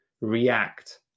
react